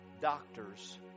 doctors